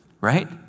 Right